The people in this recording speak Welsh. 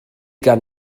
gan